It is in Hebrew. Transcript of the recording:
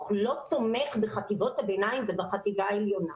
לא תומך בחטיבות הביניים ובחטיבה העליונה.